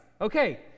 Okay